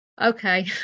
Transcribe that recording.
okay